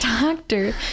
doctor